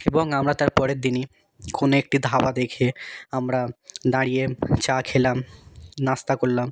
এবং আমরা তার পরের দিনই কোনও একটি ধাবা দেখে আমরা দাঁড়িয়ে চা খেলাম নাস্তা করলাম